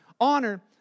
honor